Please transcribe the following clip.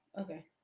Okay